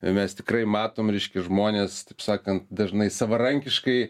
ir mes tikrai matom reiškia žmones taip sakant dažnai savarankiškai